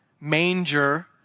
manger